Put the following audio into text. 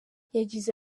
yagize